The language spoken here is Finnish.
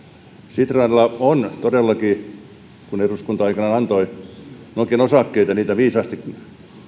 sitralla on todellakin kun eduskunta aikanaan antoi nokian osakkeita niitä viisaasti